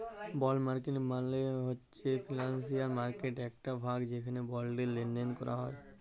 বল্ড market মালে হছে financial মার্কেটটর একট ভাগ যেখালে বল্ডের লেলদেল ক্যরা হ্যয়